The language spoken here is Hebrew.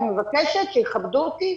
אני מבקשת שיכבדו אותי,